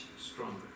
stronger